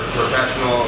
professional